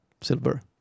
silver